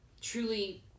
truly